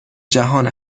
جهان